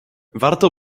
warto